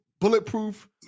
bulletproof